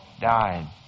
died